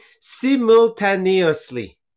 simultaneously